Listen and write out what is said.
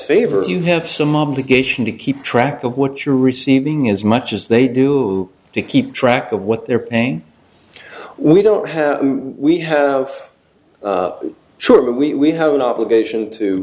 favors you have some obligation to keep track of what you're receiving as much as they do to keep track of what they're paying we don't have we have sure we have an obligation to